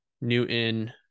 Newton